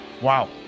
wow